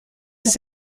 his